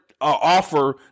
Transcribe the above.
offer